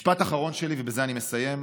משפט אחרון ובזה אני מסיים: